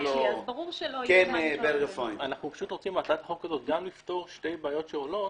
אנחנו רוצים לפתור בהצעת החוק הזאת שתי בעיות שעולות.